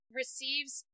receives